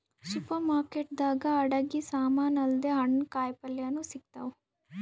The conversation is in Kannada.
ಸೂಪರ್ ಮಾರ್ಕೆಟ್ ದಾಗ್ ಅಡಗಿ ಸಮಾನ್ ಅಲ್ದೆ ಹಣ್ಣ್ ಕಾಯಿಪಲ್ಯನು ಸಿಗ್ತಾವ್